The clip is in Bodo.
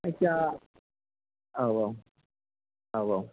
जायखिजाया औ औ औ औ